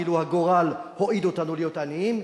כאילו הגורל הועיד אותנו להיות עניים,